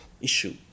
issue